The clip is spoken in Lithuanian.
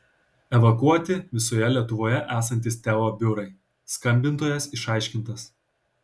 evakuoti visoje lietuvoje esantys teo biurai skambintojas išaiškintas